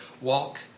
Walk